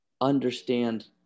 understand